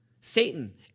Satan